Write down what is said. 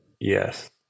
Yes